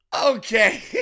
Okay